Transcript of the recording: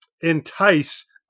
entice